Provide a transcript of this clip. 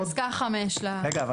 פסקה 5. רגע,